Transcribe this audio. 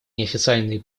неофициальные